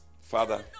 Father